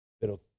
Pero